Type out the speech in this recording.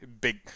big